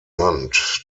land